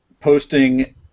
posting